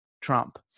Trump